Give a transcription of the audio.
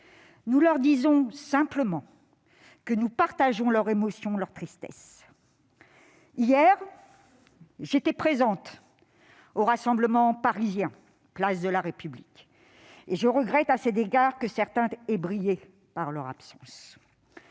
Nous leur disons simplement que nous partageons leur émotion, leur tristesse. Hier, j'étais présente au rassemblement parisien, place de la République. Je regrette à cet égard que certains aient brillé par leur absence.